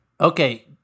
Okay